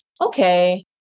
okay